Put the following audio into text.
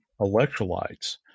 electrolytes